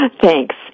Thanks